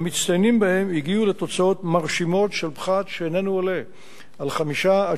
והמצטיינים בהם הגיעו לתוצאות מרשימות של פחת שאיננו עולה על 5%